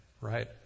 right